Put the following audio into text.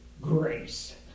grace